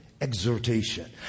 exhortation